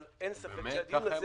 אבל אין ספק שהדיון הזה --- באמת?